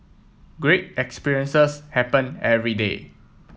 great experiences happen every day